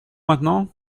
maintenant